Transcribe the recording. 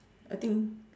I think